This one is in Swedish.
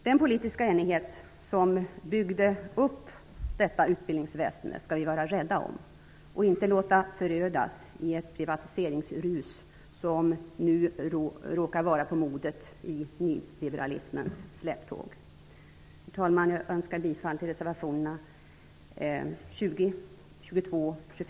Den politiska enighet som byggde upp detta utbildningsväsende skall vi vara rädda om. Vi skall inte låta det förödas i det privatiseringsrus som nu råkar vara på modet i nyliberalismens släptåg. Herr talman! Jag yrkar bifall till reservationerna 20,